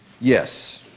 Yes